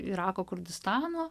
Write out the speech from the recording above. irako kurdistano